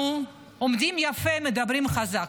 אנחנו עומדים יפה, מדברים חזק,